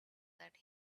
that